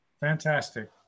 Fantastic